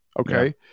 Okay